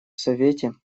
совете